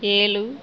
ஏழு